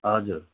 हजुर